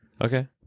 Okay